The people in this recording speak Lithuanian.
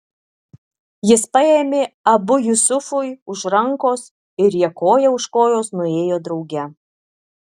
jis paėmė abu jusufui už rankos ir jie koja už kojos nuėjo drauge